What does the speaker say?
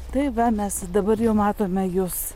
tai va mes dabar jau matome jus